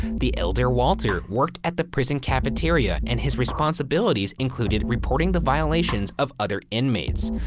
the elder walter worked at the prison cafeteria and his responsibilities included reporting the violations of other inmates.